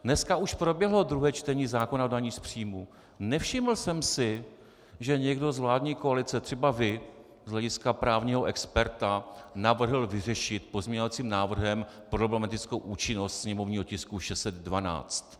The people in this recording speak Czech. Dneska už proběhlo druhé čtení zákona o dani z příjmu, nevšiml jsem si, že někdo z vládní koalice, třeba vy z hlediska právního experta, navrhl vyřešit pozměňovacím návrhem problematickou účinnost sněmovního tisku 612.